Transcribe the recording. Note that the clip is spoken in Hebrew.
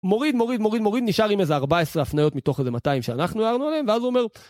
מוריד, מוריד, מוריד, מוריד, נשאר עם איזה 14 הפניות מתוך איזה 200 שאנחנו הערנו עליהם, ואז הוא אומר...